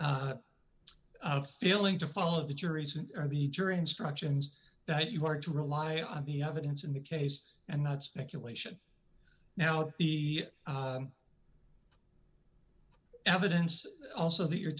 a feeling to follow the jury's or the jury instructions that you are to rely on the evidence in the case and not speculation now the evidence also that you're